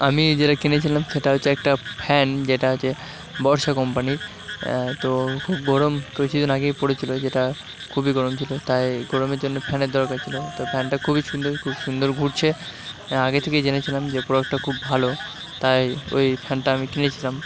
আমি যেটা কিনেছিলাম সেটা হচ্ছে একটা ফ্যান যেটা হচ্ছে বর্ষা কোম্পানির তো খুব গরম কিছুদিন আগেই পড়েছিল যেটা খুবই গরম ছিল তাই গরমের জন্য ফ্যানের দরকার ছিল তো ফ্যানটা খুবই সুন্দর খুব সুন্দর ঘুরছে আগে থেকেই জেনেছিলাম যে প্রোডাক্টটা খুব ভালো তাই ওই ফ্যানটা আমি কিনেছিলাম